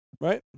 Right